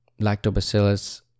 lactobacillus